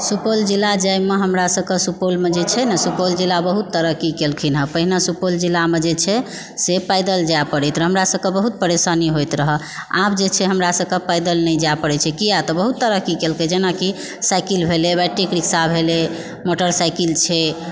सुपौल जिला जाइमे हमरा सभकऽ सुपौलमे जे छै न सुपौल जिला बहुत तरक्की केलखिन हँ पहिने सुपौल जिलामे जे छै से पैदल जाइ पड़ैत रहय हमरा सभके बहुत परेशानी होइत रहय आब जे छै हमरा सबके पैदल नहि जाय पड़ैत छै किया तऽ बहुत तरक्की केलकय जेनाकि साइकिल भेलय बैट्रिक रिक्शा भेलय मोटरसाइकिल छै